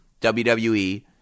WWE